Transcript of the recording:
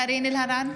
אלהרר,